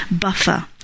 buffer